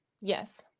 yes